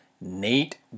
Nate